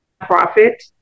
profit